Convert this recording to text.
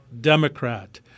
Democrat